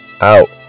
out